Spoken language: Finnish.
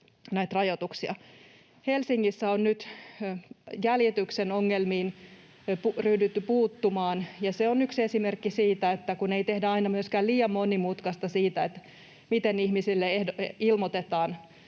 puuttumaan jäljityksen ongelmiin, ja se on yksi esimerkki siitä, että kun ei tehdä aina myöskään liian monimutkaista siitä, miten ihmisille ilmoitetaan